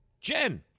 Jen